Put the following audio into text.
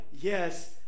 Yes